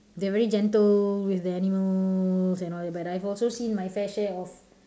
they are very gentle with the animals and all that but I've also seen my fair share of